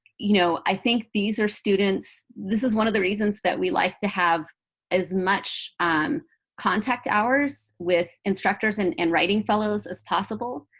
you know, i think these are students this is one of the reasons that we like to have as much um contact hours with instructors and and writing fellows as possible,